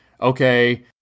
okay